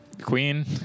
queen